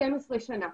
12 שנה.